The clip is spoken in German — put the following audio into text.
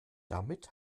damit